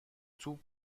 توپ